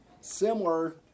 Similar